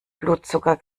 blutzucker